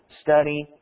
study